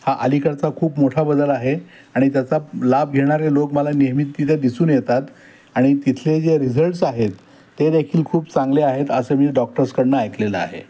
हा अलीकडचा खूप मोठा बदल आहे आणि त्याचा लाभ घेणारे लोक मला नियमित तिथे दिसून येतात आणि तिथले जे रिझल्ट्स आहेत ते देखील खूप चांगले आहेत असं मी डॉक्टर्सकडून ऐकलेलं आहे